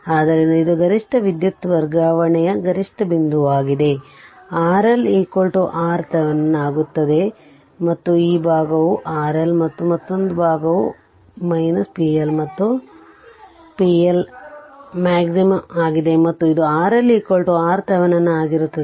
ಆದ್ದರಿಂದ ಇದು ಗರಿಷ್ಠ ವಿದ್ಯುತ್ ವರ್ಗಾವಣೆಯ ಗರಿಷ್ಠ ಬಿಂದುವಾಗಿದೆ RL ಆರ್ಟಿಹೆವೆನಿನ್ ಆಗುತ್ತದೆ ಮತ್ತು ಈ ಭಾಗವು RL ಮತ್ತು ಮತ್ತೊಂದು ಭಾಗವು p L ಮತ್ತು ಇದು pLmax ಆಗಿದೆ ಮತ್ತು ಇದು RL RThevenin ಗಾಗಿರುತ್ತದೆ